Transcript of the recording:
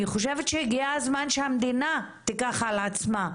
אני חושבת שהגיע הזמן שהמדינה תיקח על עצמה.